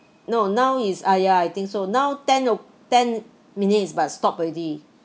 no now is !aiya! I think so now ten o~ ten minutes but stopped already